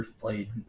played